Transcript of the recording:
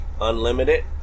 Unlimited